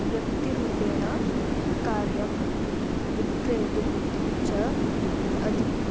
व्यक्तिरूपेण कार्यं विक्रेतुं च अधिकम्